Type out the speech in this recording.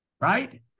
right